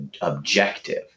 objective